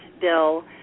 Bill